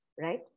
right